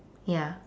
ya